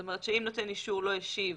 אם נותן אישור לא השיב